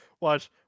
Watch